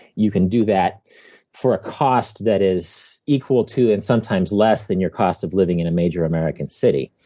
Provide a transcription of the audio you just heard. you can do that for a cost that is equal to, and sometimes less than your cost of living in a major american city.